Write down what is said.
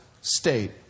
state